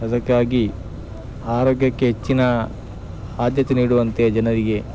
ಅದಕ್ಕಾಗಿ ಆರೋಗ್ಯಕ್ಕೆ ಹೆಚ್ಚಿನ ಆದ್ಯತೆ ನೀಡುವಂತೆ ಜನರಿಗೆ